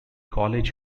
college